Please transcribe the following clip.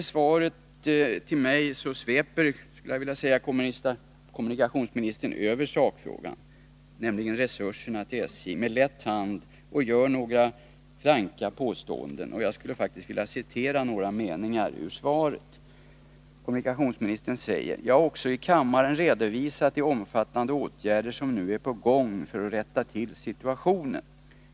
I interpellationssvaret till mig sveper kommunikationsministern med lätt hand över sakfrågan — resurserna till SJ — och gör några franka påståenden. Jag vill citera några meningar ur svaret. Kommunikationsministern säger: ”Jag har också i kammaren redovisat de omfattande åtgärder som nu är på gång för att rätta till situationen.